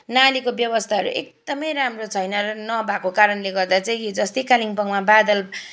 नालीको व्यवस्थाहरू एकदमै राम्रो छैन र नभएको कारणले गर्दा चाहिँ हिजोअस्ति कालिम्पोङमा बादल